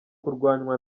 kurwanywa